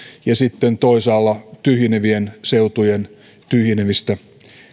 ja sitten toisaalla tyhjenevien seutujen tyhjenevistä